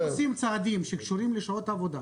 כשעושים צעדים שקשורים לשעות העבודה,